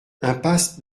impasse